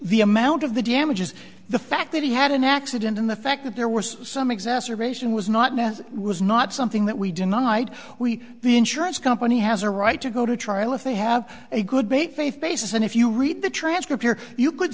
the amount of the damages the fact that he had an accident and the fact that there was some exacerbation was not now was not something that we denied we the insurance company has a right to go to trial if they have a good big faith basis and if you read the transcript here you could